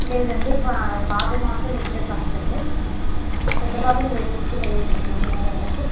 లేదండి బా బాబు మాత్రం ఇప్పుడే ఫస్ట్ అండి పెద్ద బాబుని వేరే స్కూల్లో వేసామండి ఇదివరికు